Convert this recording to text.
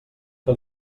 que